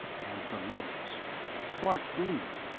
and the letters bart blinked,